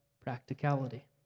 practicality